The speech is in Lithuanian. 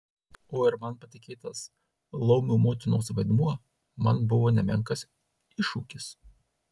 o ir man patikėtas laumių motinos vaidmuo man buvo nemenkas iššūkis